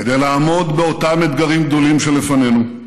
כדי לעמוד באותם אתגרים גדולים שלפנינו,